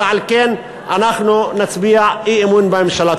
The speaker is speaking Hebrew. ועל כן אנחנו נצביע אי-אמון בממשלה.